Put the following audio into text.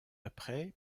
après